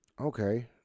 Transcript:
Okay